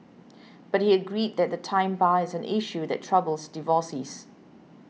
but he agreed that the time bar is an issue that troubles divorcees